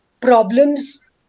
problems